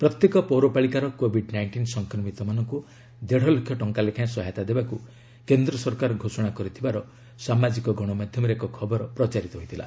ପ୍ରତ୍ୟେକ ପୌରପାଳିକାର Covid nineteen ସଂକ୍ରମିତମାନଙ୍କୁ ଦେଢ଼ଲକ୍ଷ ଟଙ୍କା ଲେଖାଏଁ ସହାୟତା ଦେବାକୁ କେନ୍ଦ୍ର ସରକାର ଘୋଷଣା କରିଥିବାର ସାମାଜିକ ଗଣମାଧ୍ୟମରେ ଏକ ଖବର ପ୍ରଚାରିତ ହୋଇଥିଲା